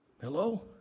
Hello